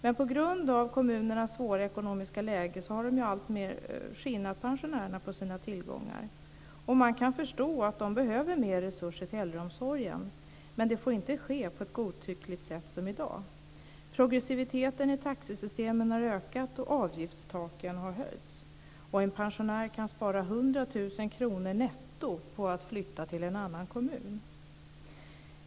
Men på grund av kommunernas svåra ekonomiska läge har de alltmer skinnat pensionärerna på deras tillgångar. Man kan förstå att kommunerna behöver mer resurser till äldreomsorgen, men det får inte ske på ett godtyckligt sätt som i dag. Progressiviteten i taxesystemen har ökat och avgiftstaken har höjts. En pensionär kan spara 100 000 kr netto på att flytta till en annan kommun.